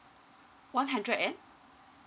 one hundred and